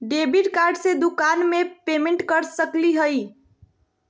Debit card से दुकान में पेमेंट कर सकली हई?